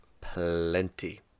plenty